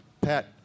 Pat